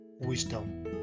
wisdom